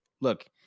look